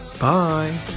Bye